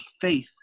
faith